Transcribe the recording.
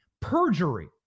Perjury